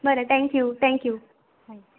बरें thank you thank you बाय